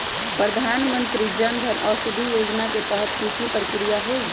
प्रधानमंत्री जन औषधि योजना के तहत की की प्रक्रिया होई?